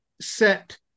set